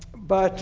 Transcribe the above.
but